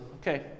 okay